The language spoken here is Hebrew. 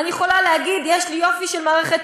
אני יכולה להגיד שיש לי יופי של מערכת